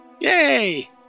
Yay